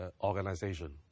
organization